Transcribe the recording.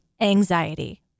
anxiety